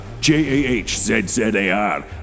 J-A-H-Z-Z-A-R